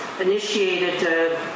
initiated